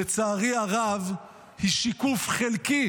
לצערי הרב, היא שיקוף חלקי